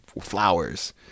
flowers